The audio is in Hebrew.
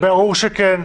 ברור שכן.